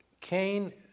Cain